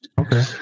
okay